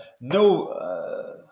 no